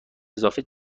اضافه